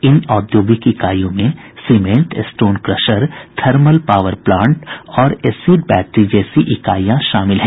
इन ओद्यौगिक इकाईयों में cement stone crusher thermal power plant और एसिड बैट्री जैसी इकाईयां शामिल हैं